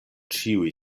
ĉiuj